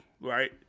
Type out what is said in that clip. right